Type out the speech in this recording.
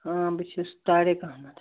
اۭں بہٕ چھُس طارق احمد